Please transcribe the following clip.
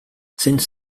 since